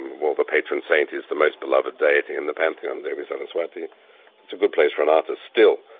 well, the patron saint is the most beloved deity in the pantheon, devi sawaswati. it's a good place for an artist, still,